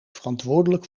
verantwoordelijk